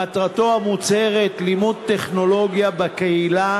מטרתה המוצהרת: לימוד טכנולוגיה בקהילה